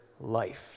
life